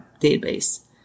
database